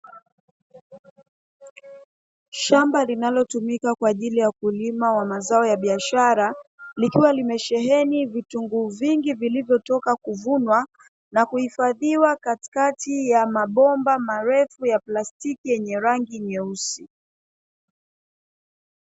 Shamba linalotumika kwa ajili ya kulima wa mazao ya biashara, likiwa limesheheni vitunguu vingi vilivyotoka kuvunwa, na kuhifadhiwa katikati ya mabomba marefu ya plastiki yenye rangi nyeusi.